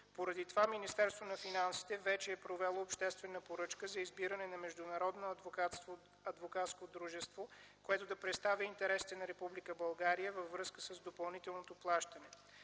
Поради това Министерството на финансите вече е провело обществена поръчка за избиране на международно адвокатско дружество, което да представи интересите на Република България във връзка с допълнителното плащане.